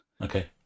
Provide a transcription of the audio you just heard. Okay